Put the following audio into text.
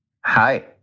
Hi